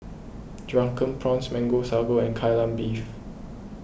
Drunken Prawns Mango Sago and Kai Lan Beef